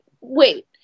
Wait